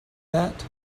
that